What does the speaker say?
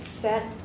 set